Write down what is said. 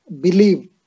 believe